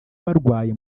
barwaye